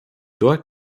dort